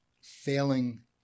failing